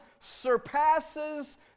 surpasses